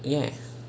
ya